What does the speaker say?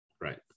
Right